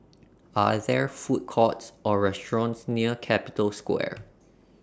Are There Food Courts Or restaurants near Capital Square